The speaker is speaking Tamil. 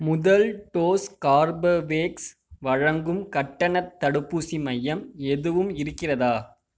முதல் டோஸ் கார்பவேக்ஸ் வழங்கும் கட்டணத் தடுப்பூசி மையம் எதுவும் இருக்கிறதா